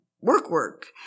work-work